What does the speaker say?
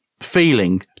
feeling